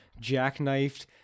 jackknifed